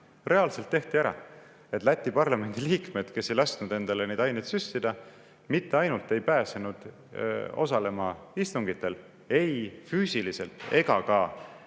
Reaalselt tehti ära. Läti parlamendi liikmed, kes ei lasknud endale neid aineid süstida, mitte ainult ei pääsenud osalema istungitel ei füüsiliselt ega ka